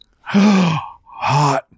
Hot